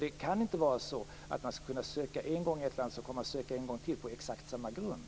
Det kan inte vara så att man skall kunna söka en gång i ett land och sedan söka en gång till på exakt samma grund.